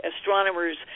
astronomers